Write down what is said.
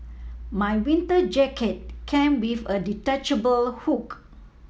my winter jacket came with a detachable hood